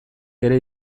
ere